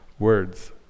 words